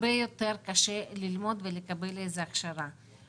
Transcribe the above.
הרבה יותר קשה ללמוד ולקבל הכשרה כלשהי.